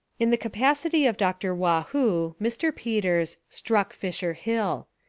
in the capacity of dr. waugh-hoo, mr. peters struck fisher hill.